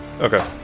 Okay